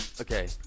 okay